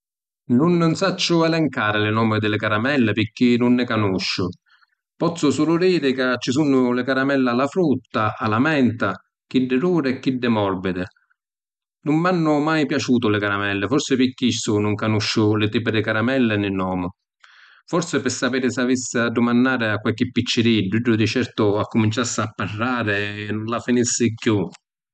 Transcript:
Nun sacciu elencari li nomi di li carameli pirchì nun nni canusciu. Pozzu sulu diri ca ci sunnu li carameli a la frutta, a l’amenta, chiddu duri e chiddi morbidi. Nun m’hannu mai piaciutu li carameli, forsi pi chistu nun canusciu li tipi di carameli e li nnomi. Forsi pi sapiri s’avissi a dumannari a qualchi picciriddu, iddu di certu accuminciassi a parrari e nun la finissi chiù.